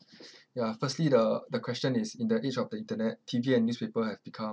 ya firstly the the question is in the age of the internet T_V and newspaper have become